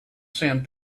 sand